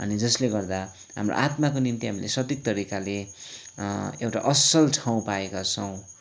अनि जसले गर्दा हाम्रो आत्माको निम्ति हामीले सटिक तरिकाले एउटा असल ठाउँ पाएका छौँ